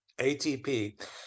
ATP